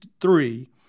three